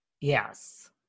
Yes